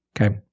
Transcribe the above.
Okay